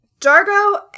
Dargo